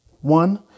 one